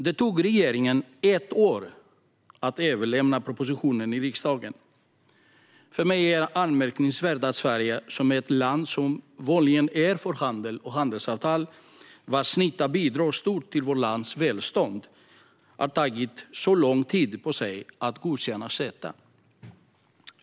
Det tog regeringen ett år att överlämna propositionen till riksdagen. För mig är det anmärkningsvärt att Sverige - ett land som vanligen är för handel och handelsavtal, vars nytta bidrar starkt till vårt lands välstånd - har tagit så lång tid på sig att godkänna CETA.